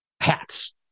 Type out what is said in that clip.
hats